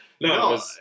No